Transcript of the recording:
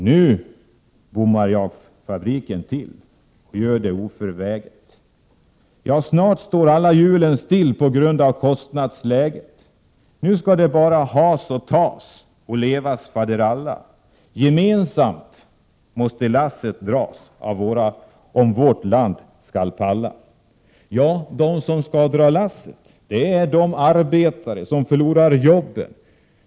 Nu bommar jag fabriken till det gör jag oförväget ja snart står alla hjulen still på grund av kostnadsläget Nu ska det bara ha's och ta's och levas faderalla Gemensamt måste lasset dras om vårat land ska palla.” Ja, de som skall dra lasset är de arbetare som förlorar jobben.